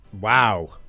Wow